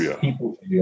people